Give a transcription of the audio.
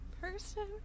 person